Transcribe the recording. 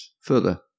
further